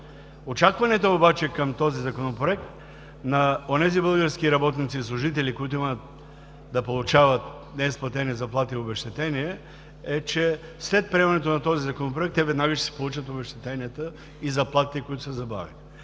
Очакванията обаче към този Законопроект на онези български работници и служители, които имат да получават неизплатени заплати и обезщетение е, че след приемането на този Законопроект, те веднага ще си получат обезщетенията и заплатите, които са забавени.